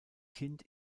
kind